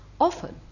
Often